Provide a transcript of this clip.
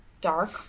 dark